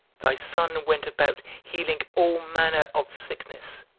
thy son went about healing all manner of sickness.